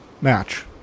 match